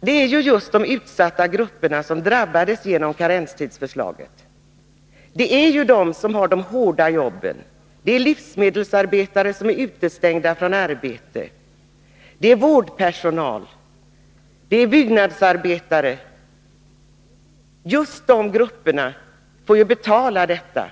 Det är just de utsatta grupperna som drabbas genom karenstidsförslaget. Det är de som har de hårda jobben. Det är livsmedelsarbetare som är utestängda från arbete, vårdpersonal, byggnadsarbetare. Just dessa grupper får betala detta.